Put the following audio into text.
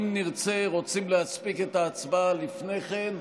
אם רוצים להספיק את ההצבעה לפני כן,